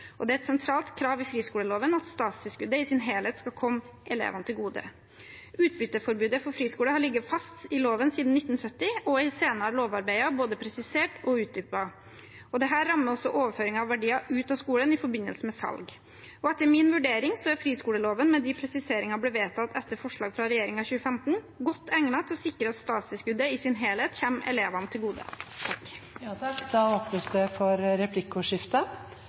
Det er et sentralt krav i friskoleloven at statstilskuddet i sin helhet skal komme elevene til gode. Utbytteforbudet for friskoler har ligget fast i loven siden 1970 og er i senere lovarbeider både presisert og utdypet. Dette rammer også overføringer av verdier ut av skolen i forbindelse med salg. Etter min vurdering er friskoleloven, med de presiseringer som ble vedtatt etter forslag fra regjeringen i 2015, godt egnet til å sikre at statstilskudd i sin helhet kommer elevene til gode.